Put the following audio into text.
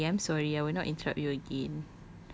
okay I'm sorry I will not interrupt you again